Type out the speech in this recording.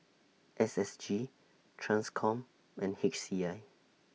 S S G TRANSCOM and H C I